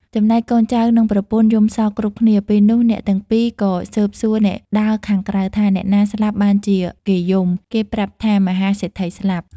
ចំណែកកូនចៅនិងប្រពន្ធយំសោកគ្រប់គ្នា ពេលនោះអ្នកទាំងពីរក៏ស៊ើបសួរអ្នកដើរខាងក្រៅថា “អ្នកណាស្លាប់បានជាគេយំ?”គេប្រាប់ថា “មហាសេដ្ឋីស្លាប់។